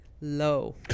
low